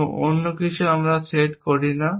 এবং অন্য কিছু আমরা সেট করি না